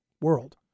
world